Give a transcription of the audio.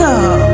up